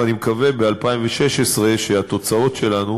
ואני מקווה שב-2016 התוצאות שלנו